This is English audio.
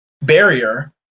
barrier